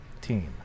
team